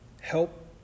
help